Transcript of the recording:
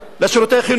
לשירותי חינוך,